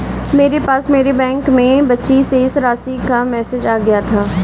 मेरे पास मेरे बैंक में बची शेष राशि का मेसेज आ गया था